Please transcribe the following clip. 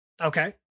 okay